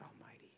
Almighty